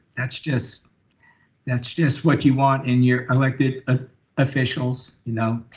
that's just that's just what you want in your elected ah officials, you know,